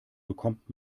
bekommt